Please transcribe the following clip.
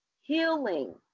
healing